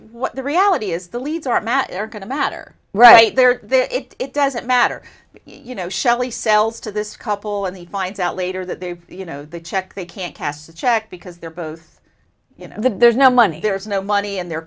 what the reality is the leads are they're going to matter right there it doesn't matter you know shellie sells to this couple and he finds out later that they you know the check they can't pass the check because they're both you know there's no money there's no money and they're